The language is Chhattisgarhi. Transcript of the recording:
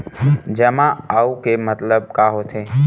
जमा आऊ के मतलब का होथे?